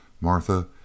Martha